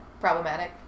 problematic